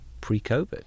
pre-COVID